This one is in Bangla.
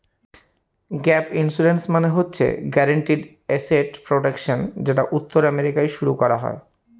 গ্যাপ ইন্সুরেন্স মানে হচ্ছে গ্যারান্টিড এসেট প্রটেকশন যেটা উত্তর আমেরিকায় শুরু করা হয়